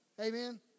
Amen